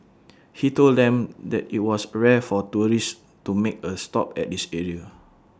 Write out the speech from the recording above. he told them that IT was rare for tourists to make A stop at this area